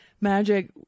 Magic